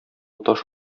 таш